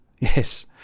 Yes